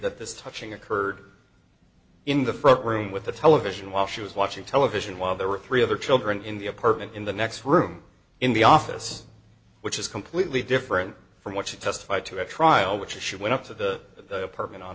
that this touching occurred in the front room with the television while she was watching television while there were three other children in the apartment in the next room in the office which is completely different from what she testified to at trial which is she went up to the apartment on